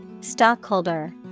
Stockholder